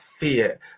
fear